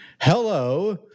Hello